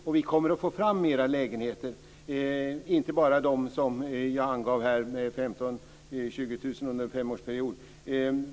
Och vi kommer att få fram fler lägenheter - inte bara de 15 000-20 000 under en femårsperiod som jag angav här.